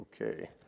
Okay